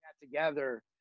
together